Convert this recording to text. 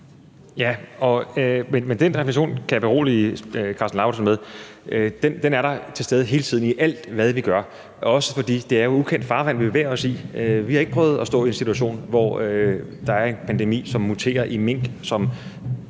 Den refleksion kan jeg berolige Karsten Lauritzen med er til stede hele tiden i alt, hvad vi gør, også fordi det jo er ukendt farvand, vi bevæger os i. Vi har ikke prøvet at stå i en situation, hvor der er en pandemi, som muterer i mink, som